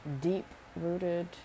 deep-rooted